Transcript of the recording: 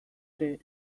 ere